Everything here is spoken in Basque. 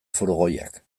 furgoiak